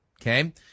Okay